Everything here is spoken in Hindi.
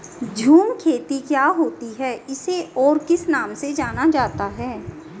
झूम खेती क्या होती है इसे और किस नाम से जाना जाता है?